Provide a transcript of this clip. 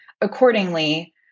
accordingly